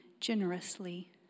generously